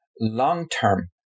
long-term